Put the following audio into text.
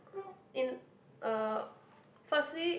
in uh firstly